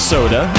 Soda